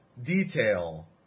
Detail